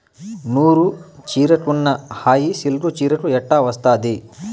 నూరు చీరకున్న హాయి సిల్కు చీరకు ఎట్టా వస్తాది